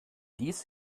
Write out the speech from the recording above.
dies